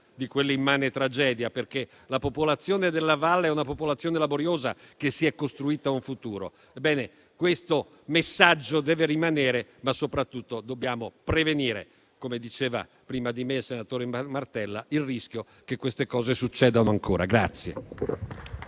di quell'immane tragedia, perché quella della valle è una popolazione laboriosa che si è costruita un futuro. Ebbene, questo messaggio deve rimanere, ma soprattutto dobbiamo prevenire, come diceva prima di me il senatore Martella, il rischio che queste cose succedano ancora.